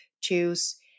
choose